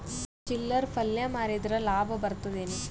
ಚಿಲ್ಲರ್ ಪಲ್ಯ ಮಾರಿದ್ರ ಲಾಭ ಬರತದ ಏನು?